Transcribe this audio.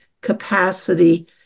capacity